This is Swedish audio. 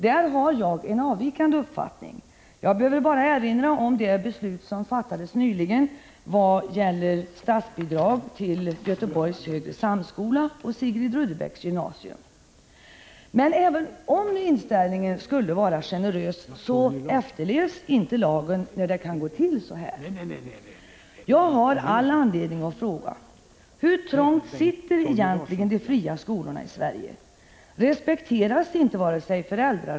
Därvidlag har jag en avvikande uppfattning. Jag behöver bara erinra om det beslut som fattades nyligen beträffande statsbidrag till Göteborgs högre samskola och Sigrid Rudebecks gymnasium. Men även om inställningen skulle vara generös, efterlevs inte lagen, när det kan gå till så här.